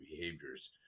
behaviors